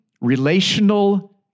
relational